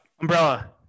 Umbrella